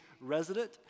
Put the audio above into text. resident